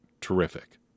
terrific